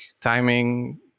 timing